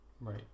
Right